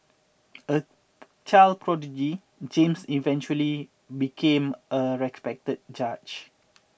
a child prodigy James eventually became a respected judge